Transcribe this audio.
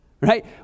right